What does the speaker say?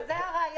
אבל זה הרעיון.